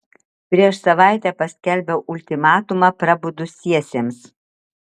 prieš savaitę paskelbiau ultimatumą prabudusiesiems